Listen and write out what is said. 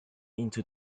into